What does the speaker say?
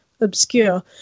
obscure